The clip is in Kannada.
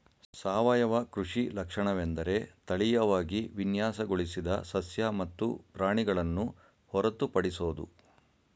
ಸಾವಯವ ಕೃಷಿ ಲಕ್ಷಣವೆಂದರೆ ತಳೀಯವಾಗಿ ವಿನ್ಯಾಸಗೊಳಿಸಿದ ಸಸ್ಯ ಮತ್ತು ಪ್ರಾಣಿಗಳನ್ನು ಹೊರತುಪಡಿಸೋದು